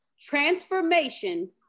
transformation